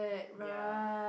ya